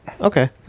Okay